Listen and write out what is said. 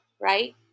right